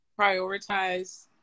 prioritize